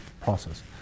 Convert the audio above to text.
process